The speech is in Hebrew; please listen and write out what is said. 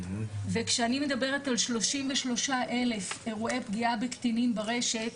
וכשאני מדברת על 33,000 אירועי פגיעה בקטינים ברשת,